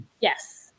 Yes